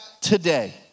today